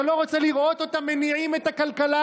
אתה לא רוצה לראות אותם מניעים את הכלכלה,